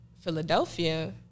Philadelphia